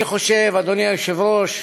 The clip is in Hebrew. אני חושב, אדוני היושב-ראש,